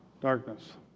Darkness